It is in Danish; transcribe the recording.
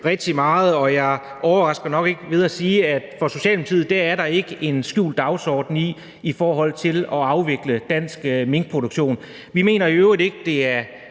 rigtig meget, og jeg overrasker nok ikke ved at sige, at for Socialdemokratiet er der ikke en skjult dagsorden i forhold til at afvikle dansk minkproduktion. Vi mener i øvrigt ikke, at det er